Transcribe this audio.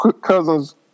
Cousins